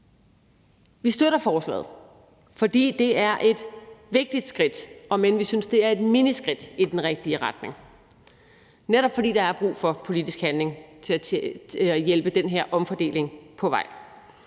Vi støtter forslaget, fordi det er et vigtigt skridt – omend vi synes, det er et miniskridt – i den rigtige retning, netop fordi der er brug for politisk handling til at hjælpe den her omfordeling på vej.